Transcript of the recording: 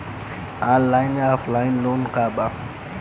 Online या offline loan का बा?